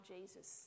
Jesus